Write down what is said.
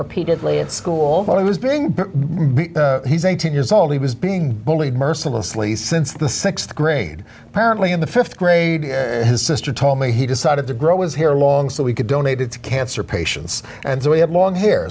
repeatedly at school when he was being he's eighteen years old he was being bullied mercilessly since the th grade apparently in the th grade his sister told me he decided to grow was here long so we could donate it to cancer patients and so we have long hair